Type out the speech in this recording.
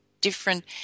different